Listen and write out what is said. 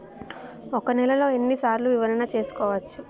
ఒక నెలలో ఎన్ని సార్లు వివరణ చూసుకోవచ్చు?